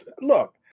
Look